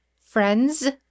friends